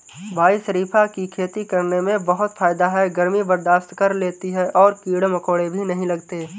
भाई शरीफा की खेती करने में बहुत फायदा है गर्मी बर्दाश्त कर लेती है और कीड़े मकोड़े भी नहीं लगते